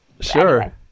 Sure